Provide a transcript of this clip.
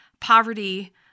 poverty